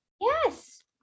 Yes